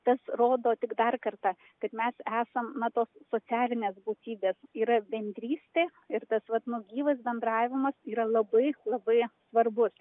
tas rodo tik dar kartą kad mes esam na tos socialinės būtybės yra bendrystė ir tas vat nu gyvas bendravimas yra labai labai svarbus